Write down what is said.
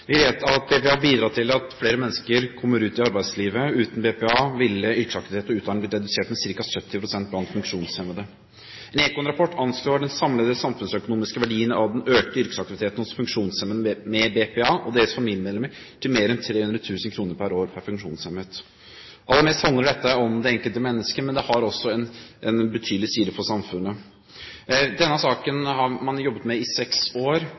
Vi vet at BPA bidrar til at flere mennesker kommer ut i arbeidslivet. Uten BPA ville yrkesaktivitet og utdanning blitt redusert med ca. 70 pst. blant funksjonshemmede. En ECON-rapport anslår den samlede samfunnsøkonomiske verdien av den økte yrkesaktiviteten hos funksjonshemmede med BPA og deres familiemedlemmer til mer enn 300 000 kr per år per funksjonshemmet. Aller mest handler dette om det enkelte mennesket, men det har også en betydelig side for samfunnet. Man har jobbet med dette i seks år.